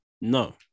No